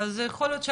אז יכול להיות ש..